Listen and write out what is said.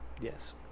Yes